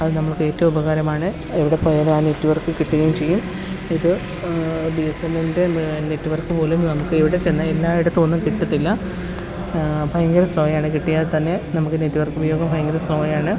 അത് നമ്മൾക്ക് ഏറ്റവും ഉപകാരമാണ് എവിടെ പോയാലും ആ നെറ്റ്വർക്ക് കിട്ടുകയും ചെയ്യും ഇത് ബി എസ് എൻ എല്ലിന്റെ നെറ്റ്വർക്ക് പോലും നമുക്കെവിടെ ചെന്നാൽ എല്ലായിടത്തും ഒന്നും കിട്ടത്തില്ല ഭയങ്കര സ്ലോയാണ് കിട്ടിയാൽ തന്നെ നമുക്ക് നെറ്റ്വർക്കുപയോഗം ഭയങ്കര സ്ലോയാണ്